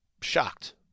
shocked